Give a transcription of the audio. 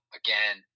again